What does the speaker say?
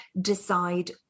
decide